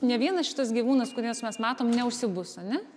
ne vienas šitas gyvūnas kuriuos mes matom neužsibus ane